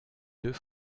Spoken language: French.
deux